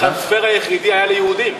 הטרנספר היחידי היה ליהודים.